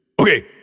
Okay